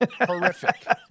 Horrific